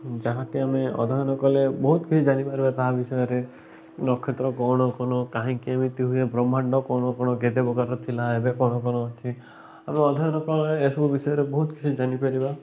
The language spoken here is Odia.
ଯାହାକି ଆମେ ଅଧ୍ୟୟନ କଲେ ବହୁତ କିଛି ଜାଣିପାରିବା ତାହା ବିଷୟରେ ନକ୍ଷତ୍ର କ'ଣ କ'ଣ କାହିଁକି ଏମିତି ହୁଏ ବ୍ରହ୍ମାଣ୍ଡ କ'ଣ କ'ଣ କେତେ ପ୍ରକାର ଥିଲା ଏବେ କ'ଣ କ'ଣ ଅଛି ଆମେ ଅଧ୍ୟୟନ ଏସବୁ ବିଷୟରେ ବହୁତ କିଛି ଜାଣିପାରିବା